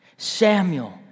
Samuel